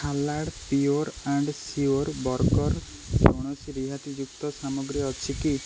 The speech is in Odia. ଫାଲାଡ଼ା ପିୟୋର୍ ଆଣ୍ଡ ସିଓର୍ ବର୍ଗରେ କୌଣସି ରିହାତିଯୁକ୍ତ ସାମଗ୍ରୀ ଅଛି କି